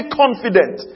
confident